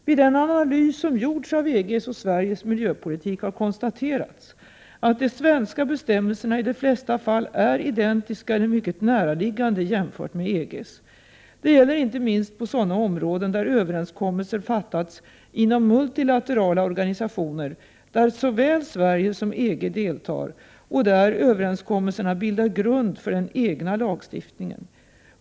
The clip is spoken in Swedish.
Vid den analys som gjorts av EG:s och Sveriges miljöpolitik har konstaterats att de svenska bestämmelserna i de flesta fall är identiska med EG:s eller ligger mycket nära EG:s. Det gäller inte minst på sådana områden där överenskommelser fattats inom multilaterala organisationer, där såväl Sverige som EG deltar och där överenskommelserna bildar grund för den egna lagstiftningen.